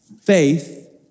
faith